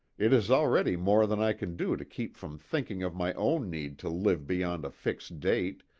it is already more than i can do to keep from thinking of my own need to live beyond a fixed date,